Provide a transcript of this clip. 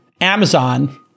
Amazon